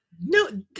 No